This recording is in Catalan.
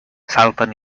salten